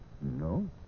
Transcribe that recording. No